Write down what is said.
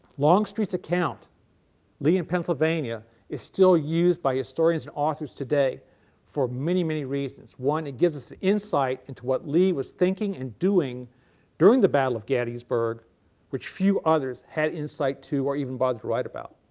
longstreet's account lee in pennsylvania is still used by historians and authors today for many many reasons, one it gives us an insight into what lee was thinking and doing during the battle of gettysburg which few others had insight to or even bothered to write about.